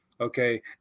okay